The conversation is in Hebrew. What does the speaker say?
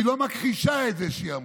היא לא מכחישה את זה שהיא אמרה,